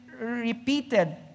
repeated